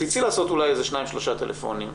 תצאי לעשות אולי איזה שניים-שלושה טלפונים.